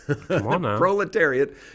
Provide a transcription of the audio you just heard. proletariat